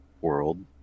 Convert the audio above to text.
world